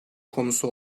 konusu